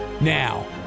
Now